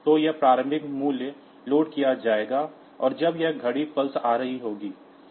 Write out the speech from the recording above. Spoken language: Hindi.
तो यह प्रारंभिक मूल्य लोड किया जाएगा और जब यह घड़ी पल्सेस आ रही होगी